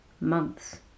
months